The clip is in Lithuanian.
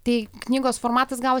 tai knygos formatas gavosi